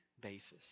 basis